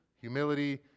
humility